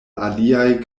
aliaj